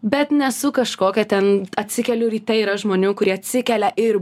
bet nesu kažkokia ten atsikeliu ryte yra žmonių kurie atsikelia ir